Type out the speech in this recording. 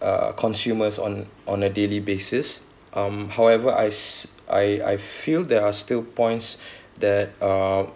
uh consumers on on a daily basis um however I s~ I I feel there are still points that uh